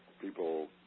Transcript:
People